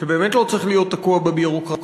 שבאמת לא צריך להיות תקוע בביורוקרטיה.